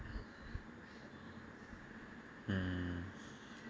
um